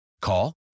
Call